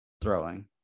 Throwing